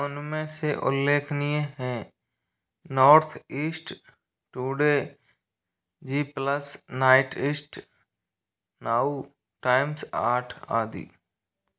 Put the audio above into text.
उनमें से उल्लेखनीय है North East Today G Plus North East Now Times आठ आदि